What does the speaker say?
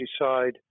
decide